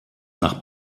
nach